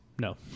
No